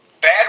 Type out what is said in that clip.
Bad